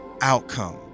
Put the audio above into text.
outcome